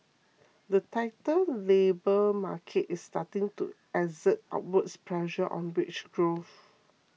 the tighter labour market is starting to exert upward pressure on wage growth